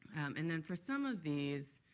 and then for some of these,